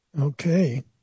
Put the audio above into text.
Okay